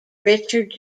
richard